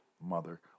mother